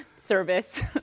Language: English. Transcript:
Service